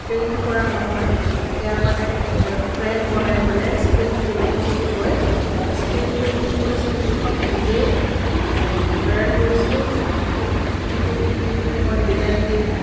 paint কৰা নহয় সেয়া মানে ফ্ৰেম বনাই পেলাই স্ক্ৰিণ প্ৰিণ্টিং বুলি কয় স্ক্ৰিণ প্ৰিণ্টিং মই স্ক্ৰিণখন নিজে তৈয়াৰ কৰিছিলোঁ কু যিটো যিটো মই ডিজাইন দিম